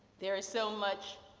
there is so much